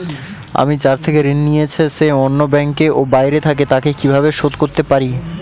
আমি যার থেকে ঋণ নিয়েছে সে অন্য ব্যাংকে ও বাইরে থাকে, তাকে কীভাবে শোধ করতে পারি?